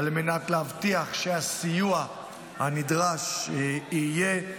על מנת להבטיח שהסיוע הנדרש יהיה.